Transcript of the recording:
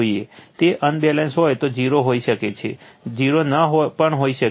જો તે અબેલેન્સ હોય તો 0 હોઈ શકે છે 0 ન પણ હોઈ શકે